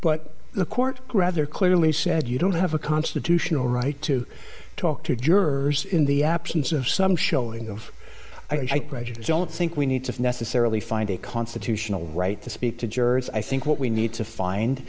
but the court grad there clearly said you don't have a constitutional right to talk to jurors in the absence of some showing those i grudged don't think we need to necessarily find a constitutional right to speak to jurors i think what we need to find